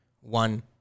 one